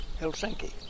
Helsinki